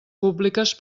públiques